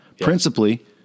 Principally